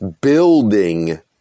building